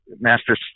master